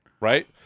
Right